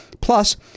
plus